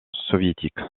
soviétique